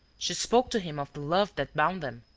she spoke to him of the love that bound them,